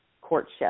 courtship